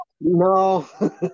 No